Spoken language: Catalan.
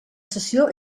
sessió